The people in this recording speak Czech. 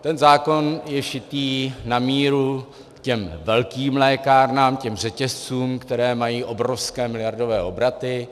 Ten zákon je šitý na míru velkým lékárnám, těm řetězcům, které mají obrovské, miliardové obraty.